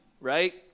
right